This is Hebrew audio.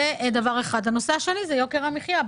הנושא השני הוא יוקר המחיה.